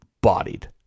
bodied